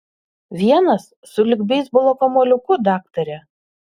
vienas sulig beisbolo kamuoliuku daktare